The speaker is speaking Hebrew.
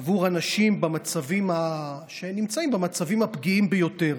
עבור אנשים שנמצאים במצבים הפגיעים ביותר,